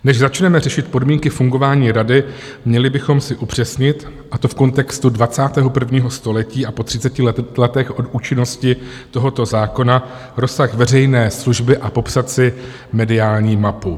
Než začneme řešit podmínky fungování rady, měli bychom si upřesnit, a to v kontextu 21. století a po třiceti letech od účinnosti tohoto zákona, rozsah veřejné služby a popsat si mediální mapu.